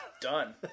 done